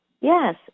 Yes